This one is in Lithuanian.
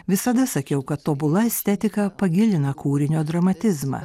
visada sakiau kad tobula estetika pagilina kūrinio dramatizmą